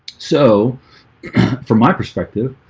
so from my perspective.